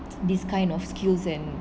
this kind of skills and